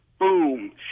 boom